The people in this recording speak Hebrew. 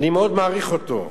אני מאוד מעריך אותו,